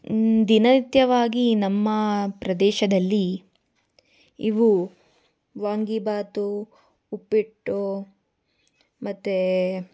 ದಿನನಿತ್ಯವಾಗಿ ನಮ್ಮ ಪ್ರದೇಶದಲ್ಲಿ ಇವು ವಾಂಗೀಭಾತು ಉಪ್ಪಿಟ್ಟು ಮತ್ತು